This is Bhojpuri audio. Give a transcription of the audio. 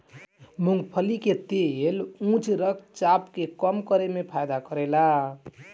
मूंगफली के तेल उच्च रक्त चाप के कम करे में फायदा करेला